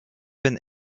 been